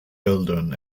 bildern